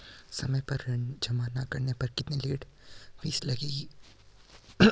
समय पर ऋण जमा न करने पर कितनी लेट फीस लगेगी?